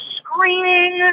screaming